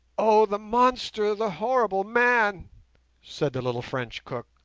oh, the monster, the horrible man said the little french cook,